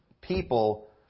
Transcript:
people